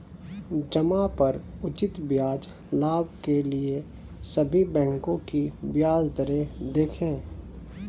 जमा पर उचित ब्याज लाभ के लिए सभी बैंकों की ब्याज दरें देखें